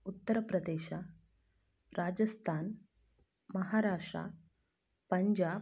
Uttar Pradesh Rajasthan Maharashtra Punjab